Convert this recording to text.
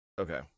Okay